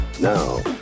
Now